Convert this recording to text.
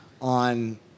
on